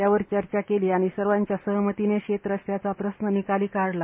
त्यावर चर्चा केली आणि सर्वांच्या सहमतीनं शेतरस्त्याचा प्रश्न निकाली काढला